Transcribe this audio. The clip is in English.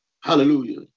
Hallelujah